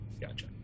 Gotcha